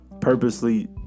purposely